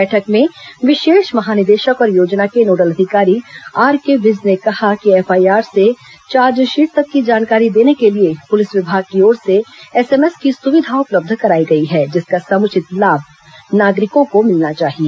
बैठक में विशेष महानिदेशक और योजना के नोडल अधिकारी आर के विज ने कहा कि एफआईआर से चार्जशीट तक की जानकारी देने के लिए पुलिस विभाग की ओर से एसएमएस की सुविधा उपलब्ध करायी गई है जिसका समुचित लाभ नागरिकों को मिलना चाहिए